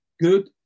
good